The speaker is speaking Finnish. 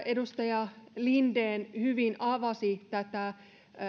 edustaja linden hyvin avasi tätä